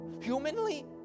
Humanly